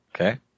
Okay